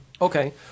Okay